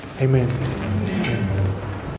Amen